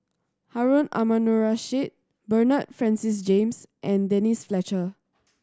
Harun Aminurrashid Bernard Francis James and Denise Fletcher